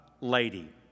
lady